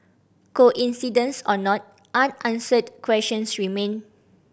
coincidence or not unanswered questions remain